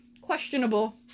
questionable